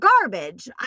garbage